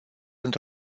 într